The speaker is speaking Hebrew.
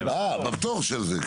בפטור של זה.